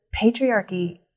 patriarchy